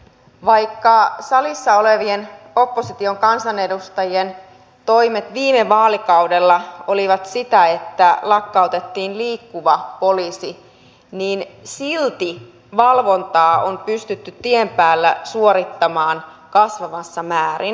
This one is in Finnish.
vaikka salissa olevien opposition kansanedustajien toimet viime vaalikaudella olivat sitä että lakkautettiin liikkuva poliisi niin silti valvontaa on pystytty tien päällä suorittamaan kasvavassa määrin